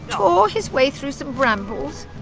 tore his way through some brambles,